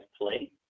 play